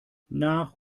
nach